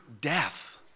death